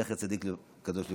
זכר צדיק וקדוש לברכה.